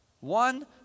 One